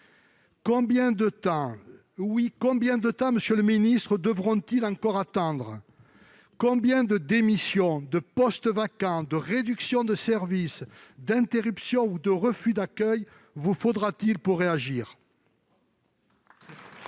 Combien de temps, monsieur le ministre, devront-ils encore attendre ? Combien de démissions, de postes vacants, de suppressions de services, d'interruptions ou de refus d'accueil vous faudra-t-il pour réagir ?